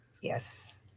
Yes